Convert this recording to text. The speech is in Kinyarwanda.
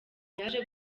yaje